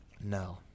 No